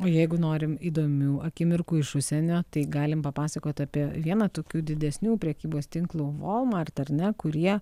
o jeigu norim įdomių akimirkų iš užsienio tai galim papasakot apie vieną tokių didesnių prekybos tinklų walmart ar ne kurie